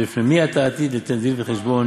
ולפני מי אתה עתיד ליתן דין וחשבון,